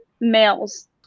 males